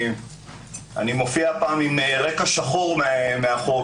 אני מופיע הפעם עם רקע שחור מאחור,